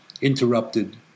interrupted